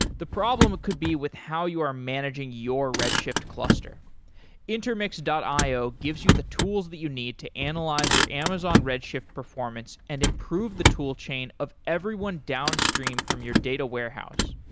the problem could be with how you are managing your redshift cluster intermix io gives you the tools that you need to analyze your amazon redshift performance and improve the tool chain of everyone downstream from your data warehouse.